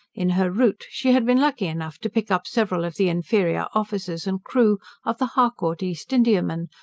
in her route, she had been lucky enough to pick up several of the inferior officers and crew of the harcourt east-indiaman,